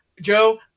Joe